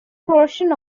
portion